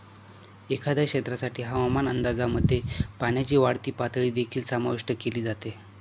एखाद्या क्षेत्रासाठी हवामान अंदाजामध्ये पाण्याची वाढती पातळी देखील समाविष्ट केली जाते